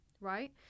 right